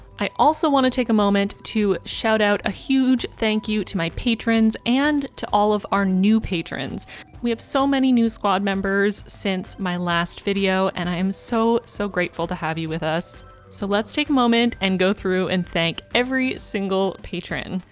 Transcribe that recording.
i also want to take a moment to shout out a huge thank you to my patrons and to all of our new patrons we have so many new squad members since my last video and i am so so grateful to have you with us so let's take a moment and go through and thank every single patron,